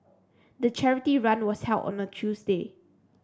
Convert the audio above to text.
the charity run was held on a Tuesday